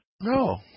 No